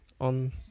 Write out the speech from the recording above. on